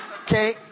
Okay